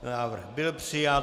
Návrh byl přijat.